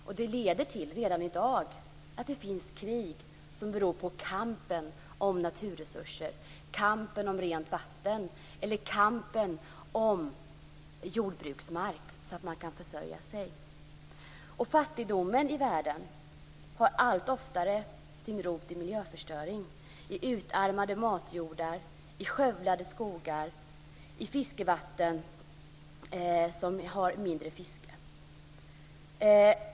Och det leder redan i dag till att det finns krig som beror på kampen om naturresurser, kampen om rent vatten och kampen om jordbruksmark så att man kan försörja sig. Fattigdomen i världen har allt oftare sin rot i miljöförstöring, i utarmade matjordar, i skövlade skogar och i fiskevatten som har mindre fisk.